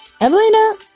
Evelina